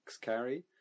carry